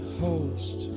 host